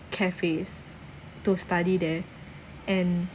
cafes to study there and